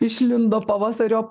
išlindo pavasariop